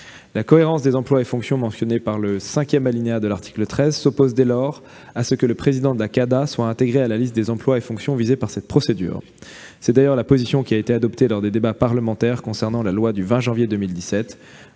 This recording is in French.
La cohérence des emplois et fonctions mentionnés par le cinquième alinéa de l'article 13 s'oppose dès lors à ce que le président de la CADA soit intégré à la liste des emplois et fonctions visés par cette procédure. C'est d'ailleurs la position qui a été retenue lors des débats parlementaires ayant précédé l'adoption de la loi du 20 janvier 2017